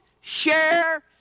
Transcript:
share